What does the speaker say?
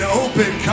open